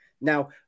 Now